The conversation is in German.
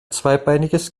zweibeiniges